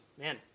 Man